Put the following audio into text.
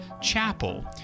chapel